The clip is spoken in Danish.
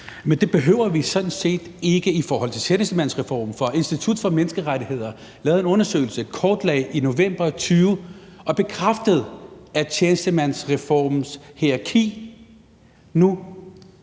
Men det behøver vi sådan set ikke i forhold til tjenestemandsreformen, for Institut for Menneskerettigheder lavede en undersøgelse, kortlagde det i november 2020 og bekræftede, at vores overenskomstsystem